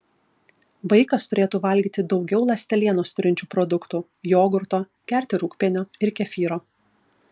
vaikas turėtų valgyti daugiau ląstelienos turinčių produktų jogurto gerti rūgpienio ir kefyro